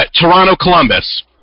Toronto-Columbus